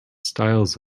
styles